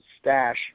stash